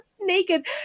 naked